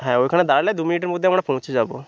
হ্যাঁ ওইখানে দাঁড়ালে দু মিনিটের মধ্যে আমরা পৌঁছে যাবো